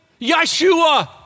Yeshua